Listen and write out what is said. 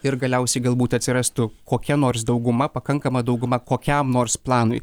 ir galiausiai galbūt atsirastų kokia nors dauguma pakankama dauguma kokiam nors planui